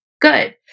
good